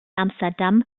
amsterdam